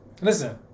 listen